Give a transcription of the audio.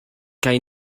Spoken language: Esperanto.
kaj